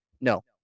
no